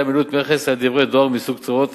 עמילות מכס על דברי דואר מסוג צרורות.